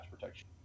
protection